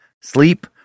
sleep